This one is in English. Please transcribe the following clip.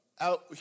out